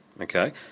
okay